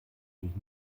mich